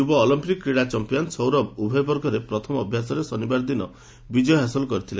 ଯୁବ ଅଲମ୍ପିକ୍ କ୍ରୀଡ଼ା ଚମ୍ପିୟନ୍ ସୌରଭ ଉଭୟ ବର୍ଗରେ ପ୍ରଥମ ଅଭ୍ୟାସରେ ଶନିବାର ଦିନ ବିଜୟ ହାସଲ କରିଥିଲେ